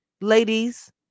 ladies